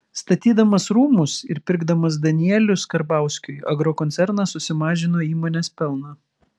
statydamas rūmus ir pirkdamas danielius karbauskiui agrokoncernas susimažino įmonės pelną